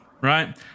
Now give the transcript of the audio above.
Right